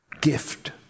gift